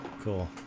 Cool